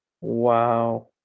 Wow